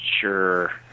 Sure